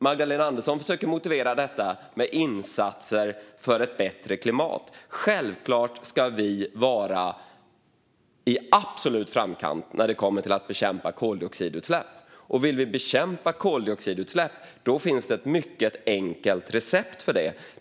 Magdalena Andersson försöker att motivera detta med insatser för ett bättre klimat. Självklart ska vi vara i absolut framkant när det kommer till att bekämpa koldioxidutsläpp. Vill vi bekämpa koldioxidutsläpp finns ett mycket enkelt recept för det.